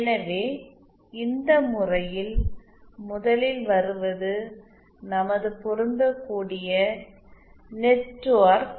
எனவே இந்த முறையில் முதலில் வருவது நமது பொருந்தக்கூடிய நெட்வொர்க்